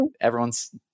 everyone's